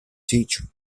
teacher